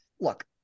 Look